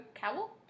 Cowell